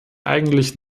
eigentlich